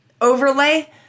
overlay